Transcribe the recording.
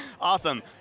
Awesome